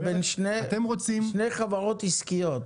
זה בין שתי חברות עסקיות.